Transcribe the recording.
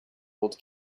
old